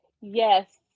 yes